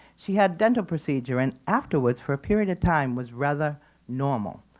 she had dental procedure, and afterwards for a period of time was rather normal.